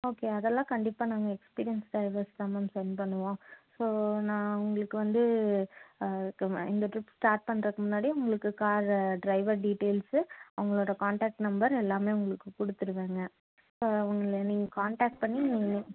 okay அதெல்லாம் கண்டிப்பாக நாங்கள் எக்ஸ்பிரியன்ஸ் டிரைவர்ஸ் தான் மேம் சென்ட் பண்ணுவோம் ஸோ நான் உங்களுக்கு வந்து இந்த ட்ரிப் ஸ்டார்ட் பண்ணுறக்கு முன்னாடியே உங்களுக்கு கார் டிரைவர் டீடெயில்ஸு அவங்குளோட காண்டாக்ட் நம்பர் எல்லாமே உங்களுக்கு கொடுத்துடுவேங்க ஒன்றும் இல்லை நீங்கள் காண்டாக்ட் பண்ணி நீங்கள்